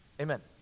amen